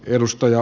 edustaja